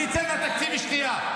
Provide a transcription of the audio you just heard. אני אצא מהתקציב לשנייה.